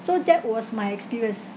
so that was my experience